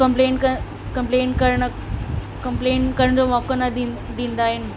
complain क complain करण complain करण जो मौक़ो न ॾीं ॾींदा आहिनि